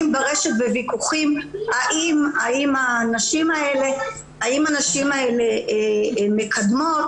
ברשת וויכוחים האם הנשים האלה מקנאות,